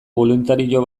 boluntario